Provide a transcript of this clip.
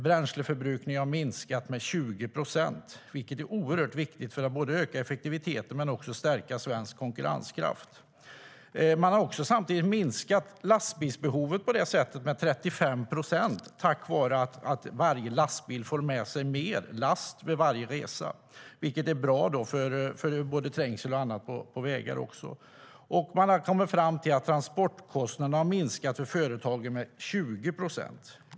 Bränsleförbrukningen har minskat med 20 procent, vilket är ofantligt viktigt både för att öka effektiviteten och för att stärka svensk konkurrenskraft. Man har samtidigt minskat lastbilsbehovet med 35 procent tack vare att varje lastbil får med sig mer last vid varje resa, vilket är bra för både trängsel och annat på vägarna. Man har kommit fram till att transportkostnaderna för företagen har minskat med 20 procent.